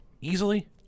Easily